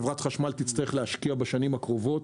חברת החשמל תצטרך להשקיע בשנים הקרובות